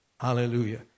Hallelujah